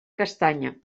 castanya